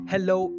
Hello